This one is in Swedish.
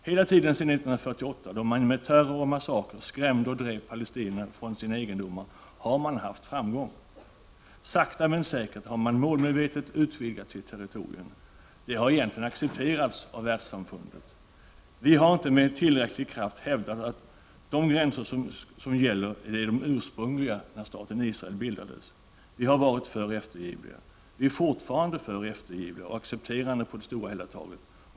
Hela tiden sedan år 1948, då man genom terror och massakrer skrämde och drev palestinierna från deras egendomar, har man haft framgång. Sakta men säkert har man målmedvetet utvidgat sitt territorium. Detta har egentligen accepterats av världssamfundet. Vi har inte med tillräcklig kraft hävdat att de gränser som gäller är de ursprungliga som fastställdes när staten Israel bildades. Vi har varit för eftergivliga, och vi är i stort sett fortfarande för eftergivliga och accepterande.